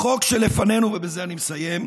החוק שלפנינו, ובזה אני מסיים,